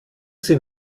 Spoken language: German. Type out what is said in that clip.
sie